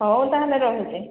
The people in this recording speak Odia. ହଉ ତାହାଲେ ରହୁଛି